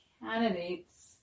candidates